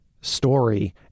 story